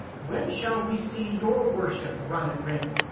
when shall we see your worship run at ring?